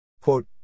Quote